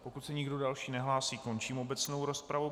Pokud se nikdo další nehlásí, končím obecnou rozpravu.